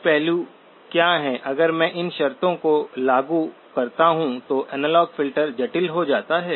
कुछ पहलू क्या हैं अगर मैं इन शर्तों को लागू करता हूं तो एनालॉग फ़िल्टर जटिल हो जाता है